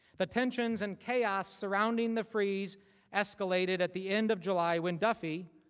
the tensions and chaos surrounding the freeze escalating at the end of july, when duffy,